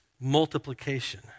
multiplication